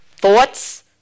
thoughts